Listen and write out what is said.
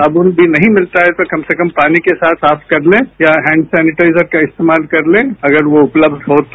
साबन भी नहीं मिलता है तो कम से कम पानी के साथ साफ कर लें या हैंड सेनिटाइजर का इस्तेमाल कर लें अगर वो उपलब्ध हो तो